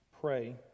pray